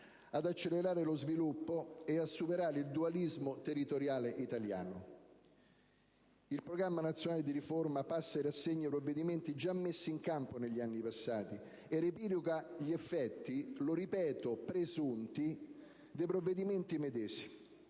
ad accelerare lo sviluppo e a superare il dualismo territoriale italiano. Il Programma nazionale di riforma passa in rassegna i provvedimenti già messi in campo negli anni passati e riepiloga gli effetti - ripeto, presunti - dei provvedimenti medesimi.